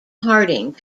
harding